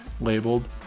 labeled